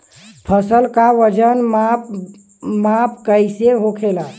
फसल का वजन माप कैसे होखेला?